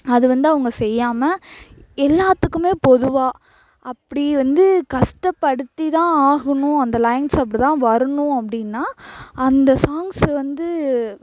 அது வந்து அவங்க செய்யாமல் எல்லாத்துக்குமே பொதுவாக அப்படி வந்து கஷ்டப்படுத்திதான் ஆகணும் அந்த லைன்ஸ் அப்படிதான் வரணும் அப்படின்னா அந்த சாங்ஸ்ஸு வந்து